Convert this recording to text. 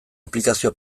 aplikazio